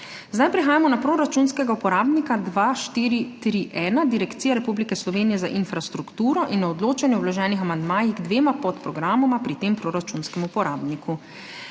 Prehajamo na proračunskega uporabnika 2431 Direkcija Republike Slovenije za infrastrukturo in na odločanje o vloženih amandmajih k dvema podprogramoma pri tem proračunskem uporabniku.